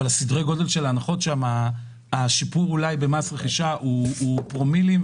אבל השיפור במס רכישה הוא פרומילים,